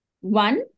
One